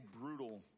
brutal